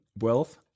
wealth